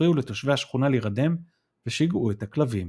שהפריעו לתושבי השכונה להרדם ושגעו את הכלבים.